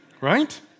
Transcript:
Right